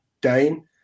Dane